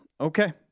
Okay